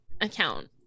account